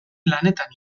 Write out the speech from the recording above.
lanetan